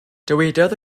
dywedodd